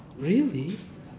really